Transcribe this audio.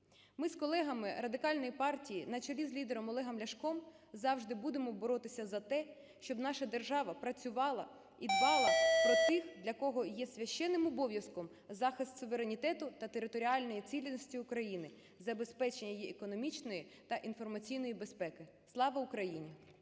Ми з колегами Радикальної партії на чолі з лідером Олегом Ляшком завжди будемо боротися за те, щоб наша держава працювала і дбала про тих, для кого є священним обов'язком захист суверенітету та територіальної цілісності України, забезпечення її економічної та інформаційної безпеки. Слава Україні!